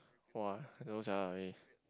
!woah! I don't know sia really